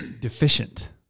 deficient